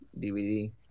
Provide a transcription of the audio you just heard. DVD